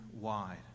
wide